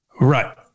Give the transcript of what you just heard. Right